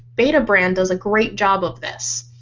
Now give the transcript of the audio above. betabrand does a great job of this.